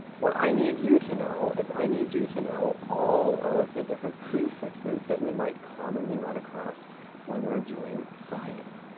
what i need you to know is i need you to know all of the different prefixes that we might commonly run across when we're doing science.